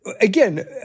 again